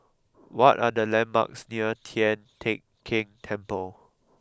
what are the landmarks near Tian Teck Keng Temple